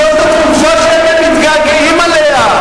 זאת התקופה שאתם מתגעגעים אליה.